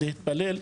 להתפלל,